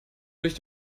durch